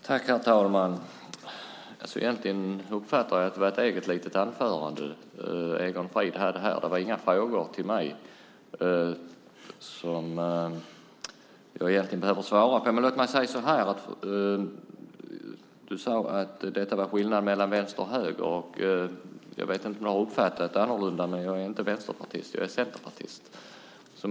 Herr talman! Jag uppfattade det här som ett eget litet anförande av Egon Frid. Det var inga frågor till mig som jag behöver svara på. Men låt mig säga så här. Du sade att detta var skillnaden mellan vänster och höger. Jag vet inte om jag har uppfattat det annorlunda, men jag är inte vänsterpartist utan centerpartist.